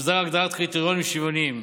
ותסדיר הגדרת קריטריונים שוויוניים.